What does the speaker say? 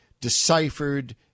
deciphered